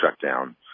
shutdown